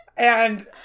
And-